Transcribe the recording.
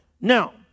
Now